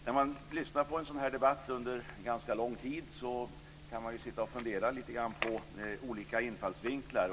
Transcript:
När man lyssnar på en sådan här debatt under ganska lång tid kan man sitta och fundera på olika infallsvinklar.